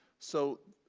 so